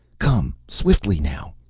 come swiftly, now!